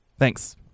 Thanks